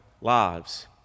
lives